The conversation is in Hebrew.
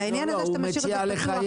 והעניין הוא שאתה משאיר את זה פתוח.